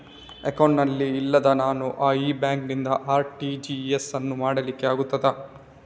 Account ಇಲ್ಲದೆ ನಾನು ಈ ಬ್ಯಾಂಕ್ ನಿಂದ ಆರ್.ಟಿ.ಜಿ.ಎಸ್ ಯನ್ನು ಮಾಡ್ಲಿಕೆ ಆಗುತ್ತದ?